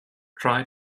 try